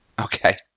Okay